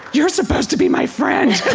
you're supposed to be my friend! but